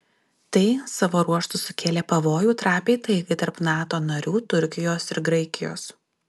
tai savo ruožtu sukėlė pavojų trapiai taikai tarp nato narių turkijos ir graikijos